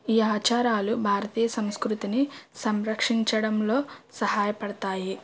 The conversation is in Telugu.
ఈ ఆచారాలు భారతీయ సంస్కృతిని సంరక్షించడంలో సహాయపడుతాయి